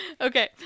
okay